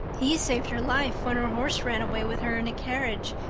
he saved her life when her horse ran away with her in a carriage,